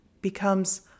becomes